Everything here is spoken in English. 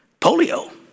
polio